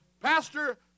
Pastor